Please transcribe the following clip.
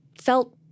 felt